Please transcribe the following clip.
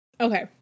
Okay